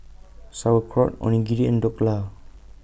Sauerkraut Onigiri and Dhokla